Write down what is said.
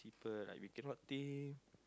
people like we cannot think